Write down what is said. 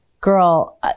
girl